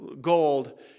gold